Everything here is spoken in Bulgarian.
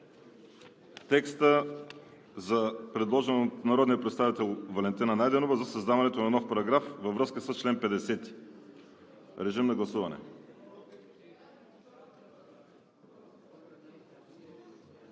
текста, предложен от народния представител Валентина Найденова за създаването на нов параграф във връзка с чл. 50. Гласували